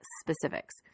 specifics